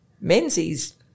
Menzies